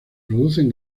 producen